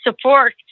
support